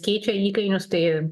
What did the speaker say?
keičia įkainius tai